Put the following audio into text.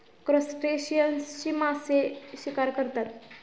क्रस्टेशियन्सची मासे शिकार करतात